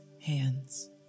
hands